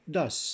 Thus